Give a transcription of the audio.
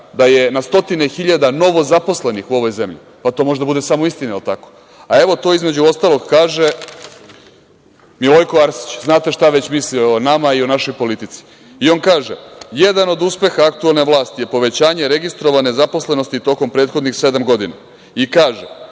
da je na stotine hiljada novozaposlenih u ovoj zemlji, pa to može da bude samo istina. Jel tako?A evo, to između ostalog kaže Milojko Arsić. Znate šta već misli o nama i o našoj politici. On kaže, jedan od uspeha aktuelne vlasti je povećanje registrovane zaposlenosti tokom prethodnih sedam godina. Kaže